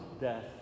death